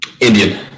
Indian